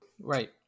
Right